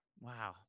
wow